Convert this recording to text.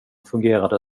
fungerade